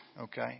okay